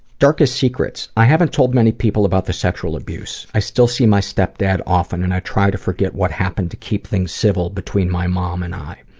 darkest secrets. i haven't told many people about the sexual abuse, i still see my step dad often and i try to forget what happened to keep things civil between my mom and i.